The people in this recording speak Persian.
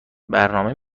برنامه